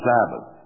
Sabbath